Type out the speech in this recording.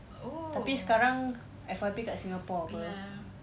tapi sekarang F_Y_P kat singapore [pe]